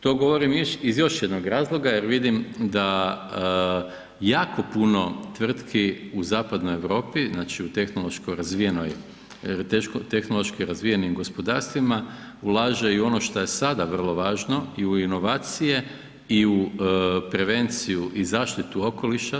To govorim iz još jednog razloga jer vidim da jako puno tvrtki u Zapadnoj Europi u tehnološki razvijenim gospodarstvima ulaže u ono što je i sada vrlo važno i u inovacije i u prevenciju i zaštitu okoliša.